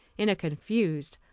in a confused,